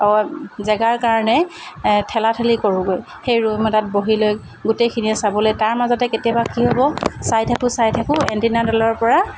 জেগাৰ কাৰণে ঠেলাঠেলি কৰোঁগৈ সেই ৰুম এটাত বহি লৈ গোটেইখিনিয়ে চাবলৈ তাৰ মাজতে কেতিয়াবা কি হ'ব চাই থাকোঁ চাই থাকোঁ এণ্টেনাডালৰ পৰা